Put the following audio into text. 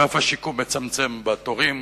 אגף השיקום מצמצם בתורים,